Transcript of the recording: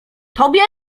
tobie